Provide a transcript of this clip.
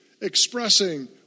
expressing